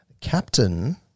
Captain